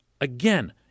Again